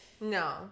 No